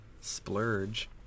Splurge